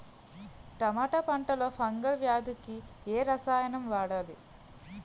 టమాటా పంట లో ఫంగల్ వ్యాధికి ఏ రసాయనం వాడాలి?